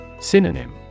Synonym